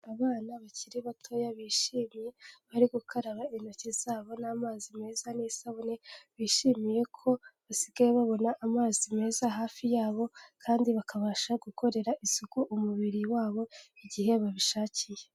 Abana bakiri batoya bishimye bari gukaraba intoki zabo n'amazi meza n'isabune bishimiye ko basigaye babona amazi meza hafi yabo kandi bakabasha gukorera isuku umubiri wabo igihe babishakiye.